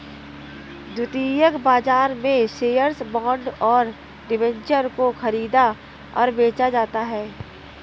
द्वितीयक बाजार में शेअर्स, बॉन्ड और डिबेंचर को ख़रीदा और बेचा जाता है